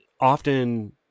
often